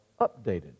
updated